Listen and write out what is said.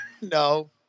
No